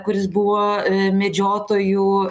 kuris buvo medžiotojų